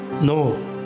No